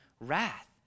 wrath